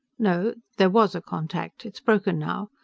no. there was a contact. it's broken now.